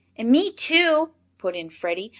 and me, too, put in freddie.